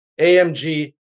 AMG